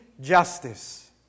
justice